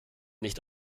nicht